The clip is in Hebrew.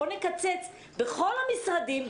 בואו נקצץ בכל המשרדים,